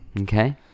Okay